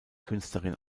künstlerin